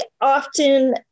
often